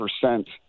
percent